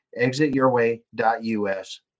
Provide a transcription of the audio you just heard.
exityourway.us